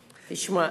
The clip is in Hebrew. תשמע,